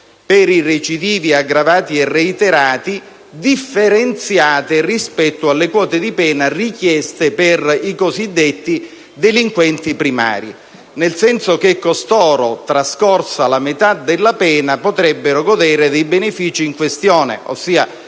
per i recidivi aggravati e reiterati, differenziate rispetto alle quote di pena richieste per i cosiddetti delinquenti primari: costoro, trascorsa la metà della pena, infatti, potrebbero godere dei benefici in questione, ossia